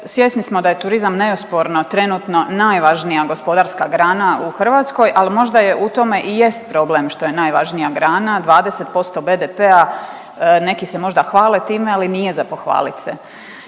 svjesni smo da je turizam neosporno trenutno najvažnija gospodarska grana u Hrvatskoj, ali možda u tome i jest problem što je najvažnija grana. 20% BDP-a. Neki se možda hvale time, ali nije za pohvalit